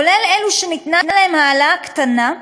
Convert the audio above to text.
כולל אלו שניתנה להם העלאה קטנה,